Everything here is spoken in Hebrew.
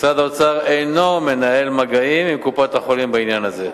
2. משרד האוצר אינו מנהל מגעים עם קופות-החולים בעניין הזה.